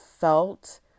felt